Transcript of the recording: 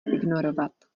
ignorovat